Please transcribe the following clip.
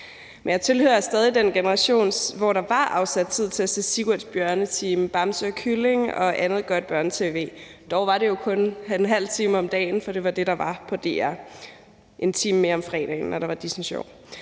jeg tilhører stadig den generation, hvor der var afsat tid til at se »Sigurds Bjørnetime«, »Bamse og Kylling« og andet godt børne-tv. Dog var det jo kun en halv time om dagen, for det var det, der var på DR – en time mere om fredagen, når der var Disney Sjov.